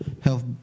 Health